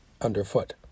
underfoot